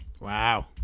wow